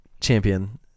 champion